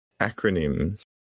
acronyms